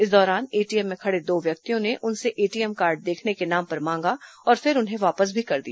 इस दौरान एटीएम में खड़े दो व्यक्तियों ने उनसे एटीएम कार्ड देखने के नाम पर मांगा और फिर उन्हें वापस भी कर दिया